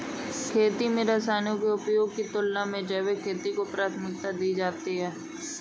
खेती में रसायनों के उपयोग की तुलना में जैविक खेती को प्राथमिकता दी जाती है